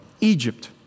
Egypt